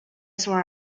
sore